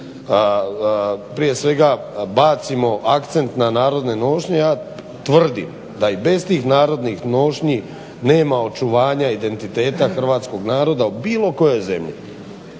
prije svega bacimo akcent na narodne nošnje, ja tvrdim da i bez tih narodnih nošnji nema očuvanja identiteta hrvatskog naroda u bilo kojoj zemlji.